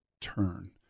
turn